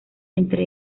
entre